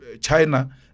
China